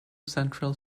central